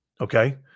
Okay